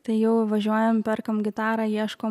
tai jau važiuojam perkam gitarą ieškom